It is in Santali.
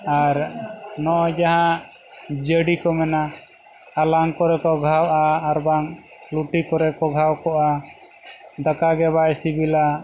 ᱟᱨ ᱱᱚᱜᱼᱚᱭ ᱡᱟᱦᱟᱸ ᱡᱟᱹᱲᱤ ᱠᱚ ᱢᱮᱱᱟ ᱟᱞᱟᱝ ᱠᱚᱨᱮ ᱠᱚ ᱜᱷᱟᱣᱚᱜᱼᱟ ᱟᱨ ᱵᱟᱝ ᱞᱩᱴᱤ ᱠᱚᱨᱮ ᱠᱚ ᱜᱷᱟᱣ ᱠᱚᱜᱼᱟ ᱫᱟᱠᱟ ᱜᱮ ᱵᱟᱭ ᱥᱤᱵᱤᱞᱟ